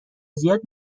زیاد